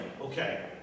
okay